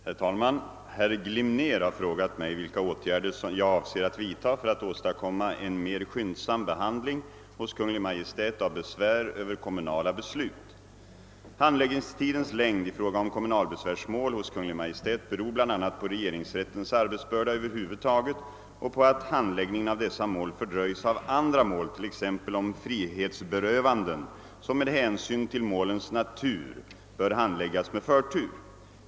Herr talman! Herr Glimnér har frågat mig vilka åtgärder jag avser att vidta för att åstadkomma en mer skyndsam behandling hos Kungl. Maj:t av besvär över kommunala beslut. Handläggningstidens längd i fråga om kommunalbesvärsmål hos Kungl. Maj:t beror bl.a. på regeringsrättens arbets börda över huvud taget och på att handläggningen av dessa mål fördröjs av andra mål, t.ex. mål om frihetsberövanden, som med hänsyn till målens natur bör handläggas med förtur.